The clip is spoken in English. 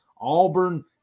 Auburn